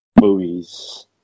movies